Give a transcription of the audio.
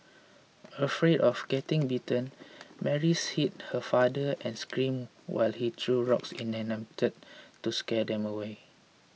afraid of getting bitten Mary hid her father and screamed while he threw rocks in an attempt to scare them away